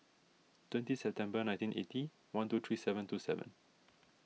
twenty September nineteen eighty one two three seven two seven